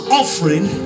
offering